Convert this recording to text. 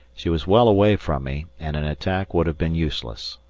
she was well away from me, and an attack would have been useless.